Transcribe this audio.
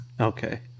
Okay